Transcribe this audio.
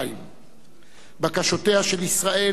בקשותיה של ישראל להפסיק את האולימפיאדה